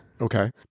Okay